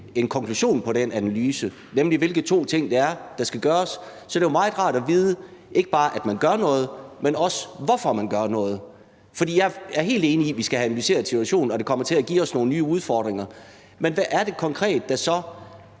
en konklusion på den analyse, nemlig hvilke to ting det er, der skal gøres, så er det jo meget rart at vide, ikke bare, at man gør noget, men også, hvorfor man gør noget. For jeg er helt enig i, at vi skal have analyseret situationen, og at det kommer til at give os nogle nye udfordringer. Men hvad er det konkret, der så